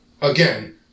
Again